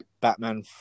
Batman